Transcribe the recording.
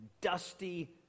dusty